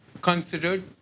considered